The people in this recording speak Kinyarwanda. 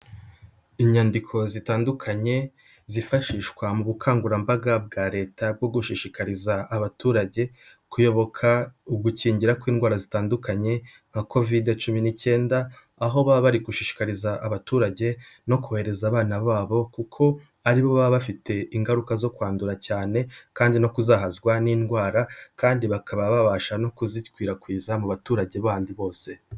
Inyandiko zitandukanye zifashishwa mu bukangurambaga bwa Leta bwo gushishikariza abaturage kuyoboka ugukingira kw'indwara zitandukanye nka Kovide cumi n'icyenda, aho baba bari gushishikariza abaturage no kohereza abana babo kuko aribo baba bafite ingaruka zo kwandura cyane, kandi no kuzahazwa n'indwara, kandi bakaba babasha no kuzikwirakwiza mu baturage bandi bose.